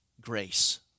Grace